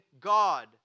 God